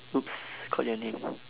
!oops! called your name